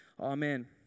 Amen